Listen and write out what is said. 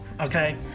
okay